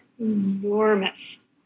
enormous